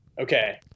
Okay